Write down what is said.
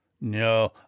no